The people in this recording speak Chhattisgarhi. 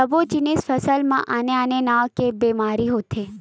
सब्बो जिनिस फसल म आने आने नाव के बेमारी होथे